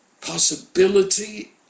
possibility